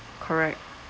correct